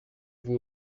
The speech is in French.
vous